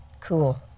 Cool